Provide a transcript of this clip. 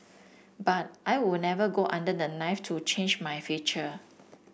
but I would never go under the knife to change my feature